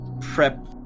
prep